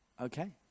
Okay